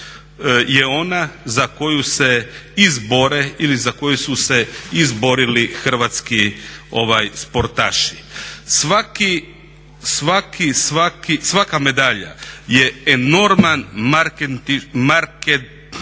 je ona za koju se izbore, ili za koju su se izborili hrvatski sportaši. Svaka medalja je enorman marketinški